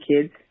kids